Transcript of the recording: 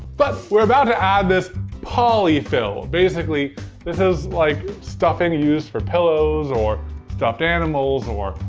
but, we're about to add this polyfill. basically this is like stuffing you use for pillows or stuffed animals or.